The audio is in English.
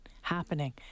happening